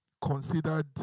considered